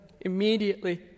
Immediately